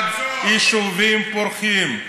21 יישובים פורחים,